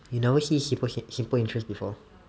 you never see simple simple interest before